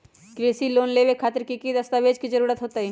कृषि लोन लेबे खातिर की की दस्तावेज के जरूरत होतई?